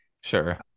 Sure